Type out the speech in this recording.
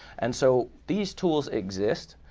and so these tools exist.